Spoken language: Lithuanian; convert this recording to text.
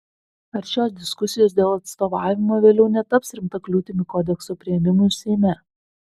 ar šios diskusijos dėl atstovavimo vėliau netaps rimta kliūtimi kodekso priėmimui seime